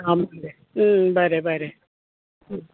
आ बरें बरें